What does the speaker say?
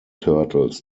turtles